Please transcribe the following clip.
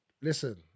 Listen